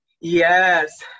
Yes